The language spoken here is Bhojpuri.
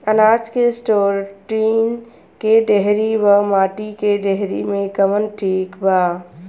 अनाज के स्टोर टीन के डेहरी व माटी के डेहरी मे कवन ठीक बा?